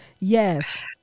Yes